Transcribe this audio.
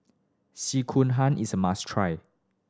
sekihan is a must try